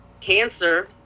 cancer